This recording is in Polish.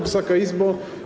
Wysoka Izbo!